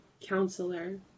Counselor